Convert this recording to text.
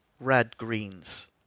red-greens